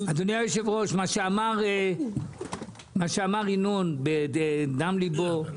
היושב-ראש, ינון דיבר מדם ליבו.